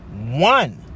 One